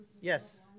Yes